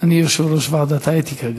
שאני יושב-ראש ועדת האתיקה.